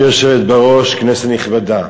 גברתי היושבת בראש, כנסת נכבדה,